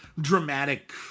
dramatic